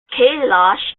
kailash